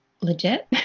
legit